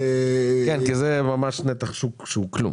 כן כי זה נתח שוק לא גדול.